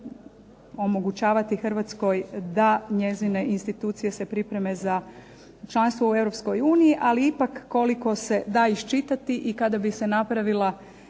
Hrvatskoj da njezine institucije se pripreme za članstvo u Europskoj uniji. Ali ipak, koliko se da iščitati i kada bi se napravila